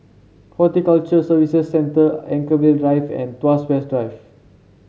Horticulture Services Centre Anchorvale Drive and Tuas West Drive